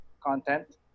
content